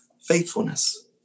faithfulness